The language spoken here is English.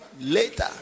later